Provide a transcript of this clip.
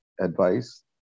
advice